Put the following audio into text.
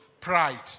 Pride